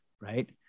right